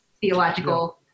theological